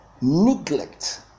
neglect